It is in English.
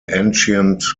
ancient